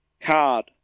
card